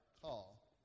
call